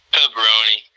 Pepperoni